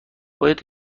باید